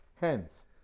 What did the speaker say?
Hence